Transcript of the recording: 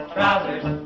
Trousers